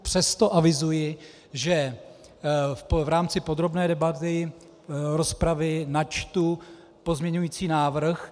Přesto avizuji, že v rámci podrobné debaty rozpravy načtu pozměňující návrh.